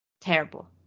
Terrible